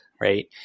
right